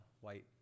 white